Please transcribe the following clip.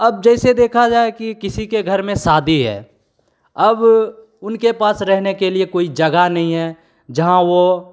अब जैसे देखा जाए कि किसी के घर में शादी है अब उनके पास रहने के लिए कोई जगह नहीं है जहाँ वह